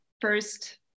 first